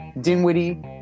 Dinwiddie